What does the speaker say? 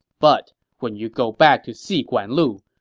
but when you go back to see guan lu,